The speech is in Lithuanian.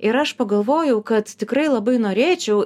ir aš pagalvojau kad tikrai labai norėčiau